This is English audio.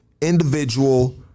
individual